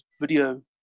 video